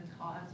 cause